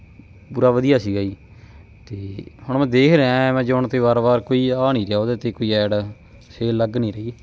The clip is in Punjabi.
ਪੂਰਾ ਵਧੀਆ ਸੀਗਾ ਜੀ ਅਤੇ ਹੁਣ ਮੈਂ ਦੇਖ ਰਿਹਾ ਐਮਾਜੋਨ 'ਤੇ ਵਾਰ ਵਾਰ ਕੋਈ ਆ ਨਹੀਂ ਰਿਹਾ ਉਹਦੇ 'ਤੇ ਕੋਈ ਐਡ ਸੇਲ ਲੱਗ ਨਹੀਂ ਰਹੀ